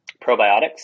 probiotics